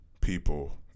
people